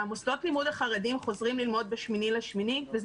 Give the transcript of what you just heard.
מוסדות הלימוד החרדיים חוזרים ללמוד ב-8.8 וזה